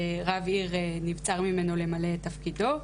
שרב עיר נבצר ממנו למלא את תפקידו.